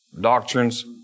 doctrines